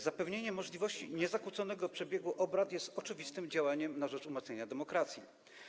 Zapewnienie możliwości niezakłóconego przebiegu obrad jest oczywistym działaniem na rzecz umocnienia demokracji.